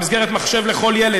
במסגרת "מחשב לכל ילד",